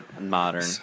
Modern